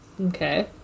Okay